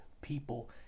people